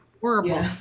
horrible